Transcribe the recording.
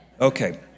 Okay